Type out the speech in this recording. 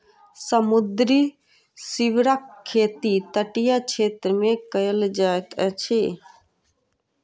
समुद्री सीवरक खेती तटीय क्षेत्र मे कयल जाइत अछि